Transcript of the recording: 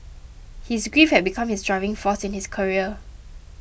his grief had become his driving force in his career